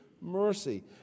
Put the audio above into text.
mercy